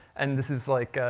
and this is like,